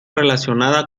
relacionada